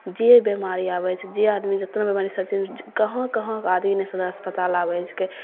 जे बीमारी आबय छै जे आदमी जेतना सभचीज कहाँ कहाँके ने आदमी सदर अस्पताल आबय छिकै